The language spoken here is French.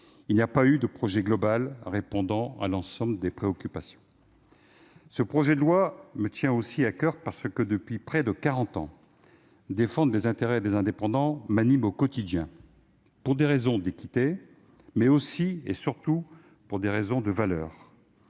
il n'y a pas eu de projet global répondant à l'ensemble de leurs préoccupations. Ce projet de loi me tient aussi à coeur, parce que, depuis près de quarante ans, la défense des intérêts des indépendants m'anime au quotidien, pour des raisons d'équité, mais aussi et surtout pour des raisons de valeurs.